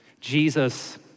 Jesus